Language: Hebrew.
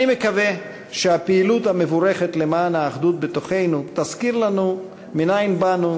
אני מקווה שהפעילות המבורכת למען האחדות בתוכנו תזכיר לנו מנין באנו,